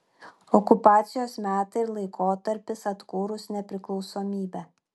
okupacijos metai ir laikotarpis atkūrus nepriklausomybę